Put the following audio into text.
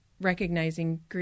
recognizing